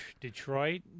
Detroit